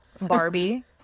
Barbie